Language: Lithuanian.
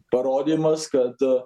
parodymas kad